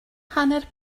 hanner